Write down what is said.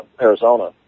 Arizona